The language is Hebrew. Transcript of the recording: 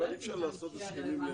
הרי אי אפשר לעשות הסכמים לשנה.